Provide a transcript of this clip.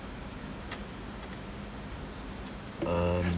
um